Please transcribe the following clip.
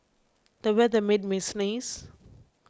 the weather made me sneeze